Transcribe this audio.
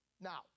Now